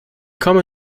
komme